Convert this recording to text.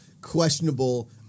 questionable